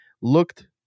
looked